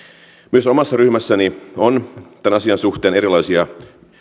myös omassa ryhmässäni on tämän asian suhteen erilaisia